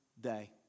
Day